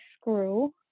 screw